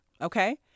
okay